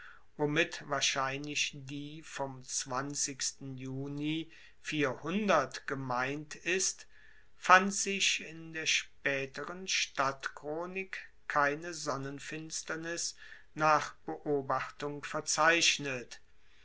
womit wahrscheinlich die vom juni gemeint ist fand sich in der spaeteren stadtchronik keine sonnenfinsternis nach beobachtung verzeichnet